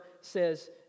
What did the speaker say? says